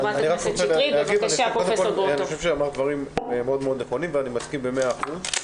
אמרת דברים נכונים מאוד ואני מסכים במאה אחוז.